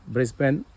Brisbane